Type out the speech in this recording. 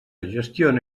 gestiona